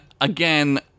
again